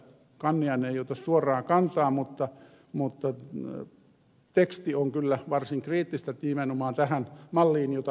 kanniainen ei ota suoraa kantaa mutta teksti on kyllä varsin kriittistä nimenomaan tähän malliin jota hallitus esittää